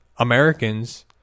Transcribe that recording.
Americans